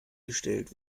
gestellt